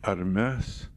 ar mes